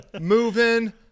Moving